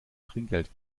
trinkgeld